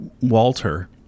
Walter